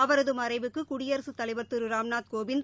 அவரது மறைவுக்கு குடியரசுத்தலைவர் திரு ராம்நாத்கோவிந்த்